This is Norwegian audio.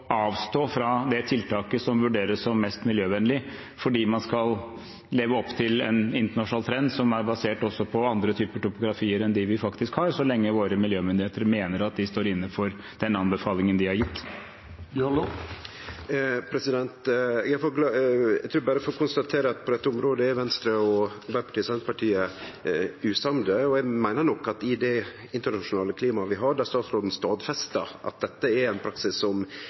tiltaket som vurderes som mest miljøvennlig, fordi man skal leve opp til en internasjonal trend som er basert på også andre typer topografi enn den vi faktisk har, så lenge våre miljømyndigheter mener at de står inne for den anbefalingen de har gitt. Eg trur berre eg får konstatere at på dette området er Venstre og Arbeidarpartiet–Senterpartiet usamde. I det internasjonale klimaet vi har – der statsråden stadfester at dette er ein praksis som